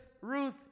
Ruth